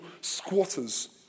squatters